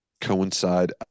coincide